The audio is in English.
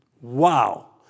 Wow